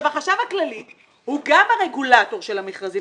החשב הכללי הוא גם הרגולטור של המכרזים